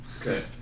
Okay